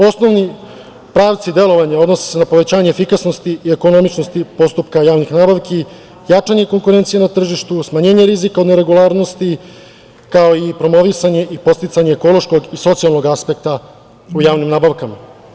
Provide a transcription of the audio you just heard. Osnovni pravci delovanja odnose se na povećanje efikasnosti i ekonomičnosti postupka javnih nabavki, jačanje konkurencije na tržištu, smanjenje rizika od neregularnosti, kao i promovisanje i podsticanje ekološkog socijalnog aspekta u javnim nabavkama.